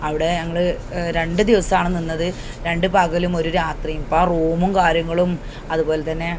അവിടെ ഞങ്ങള് രണ്ടു ദിവസമാണ് നിന്നത് രണ്ട് പകലും ഒരു രാത്രിയും അപ്പോള് റൂമും കാര്യങ്ങളും അതുപോലെ തന്നെ